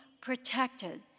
protected